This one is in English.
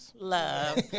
love